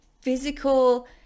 physical